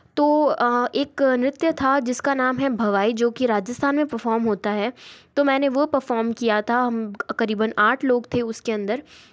तो एक नृत्य था जिस का नाम है भवाई जो कि राजस्थान में पफ़ोम होता है तो मैंने वो पफ़ोम किया था हम क़रीबन आठ लोग थे उसके अंदर